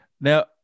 Now